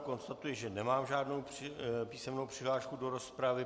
Konstatuji, že nemám žádnou písemnou přihlášku do rozpravy.